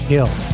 Hill